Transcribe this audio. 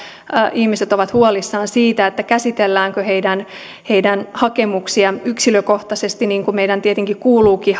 ihmiset ovat huolissaan siitä käsitelläänkö heidän heidän hakemuksiaan yksilökohtaisesti niin kuin meidän tietenkin kuuluukin